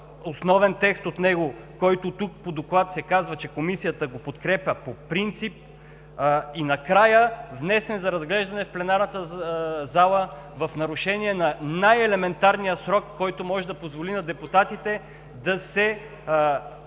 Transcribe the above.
основен текст от него, за който тук по доклада се казва, че Комисията го подкрепя по принцип, и накрая внесен за разглеждане в пленарната зала в нарушение на най-елементарния срок, който може да позволи на депутатите да се запознаят